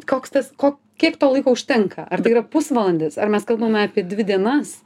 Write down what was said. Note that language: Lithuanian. koks tas ko kiek to laiko užtenka ar tai yra pusvalandis ar mes kalbame apie dvi dienas